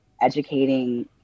educating